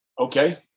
okay